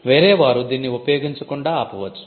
వేరే వారు దీన్ని ఉపయోగించకుండా ఆపవచ్చు